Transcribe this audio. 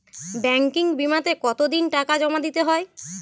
Banking বিমাতে কত দিন টাকা জমা দিতে হয়?